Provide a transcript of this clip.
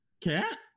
Cat